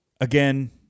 Again